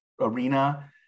arena